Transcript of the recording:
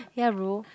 ya bro